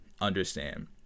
understand